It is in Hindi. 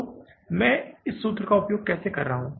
तो मैं इस सूत्र का उपयोग कैसे कर रहा हूं